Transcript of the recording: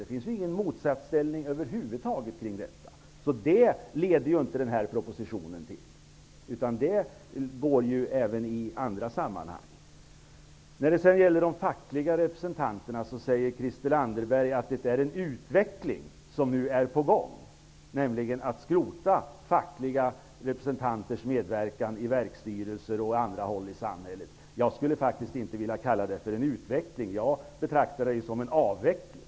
Det finns över huvud taget ingen motsatsställning kring detta, så den här propositionen leder ju inte till detta. Det går ju att genomföra även i andra sammanhang. Christel Anderberg säger att det är en utveckling på gång nu att skrota fackliga representanters medverkan i verksstyrelser och på andra håll i samhället. Jag skulle faktiskt inte vilja kalla det för en utveckling. Jag betraktar det som en avveckling.